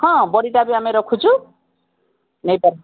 ହଁ ବଡ଼ିଟା ବି ଆମେ ରଖୁଛୁ ନେଇପାରିବେ